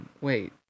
Wait